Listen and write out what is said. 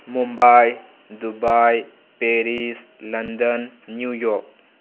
Mumbai Dubai Paris London New York